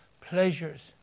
pleasures